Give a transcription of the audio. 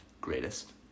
Greatest